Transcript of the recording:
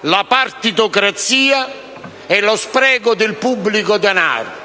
la partitocrazia e lo spreco del pubblico denaro.